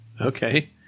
Okay